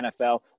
NFL